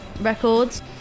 records